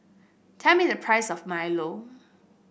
tell me the price of milo